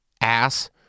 ass